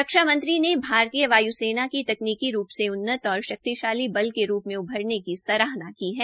रक्षा मंत्री ने भारतीय वाय् सेना की तकनीकी रूप से उन्नत और शक्तिशाली बल के रूप में उभरने की सराहना की है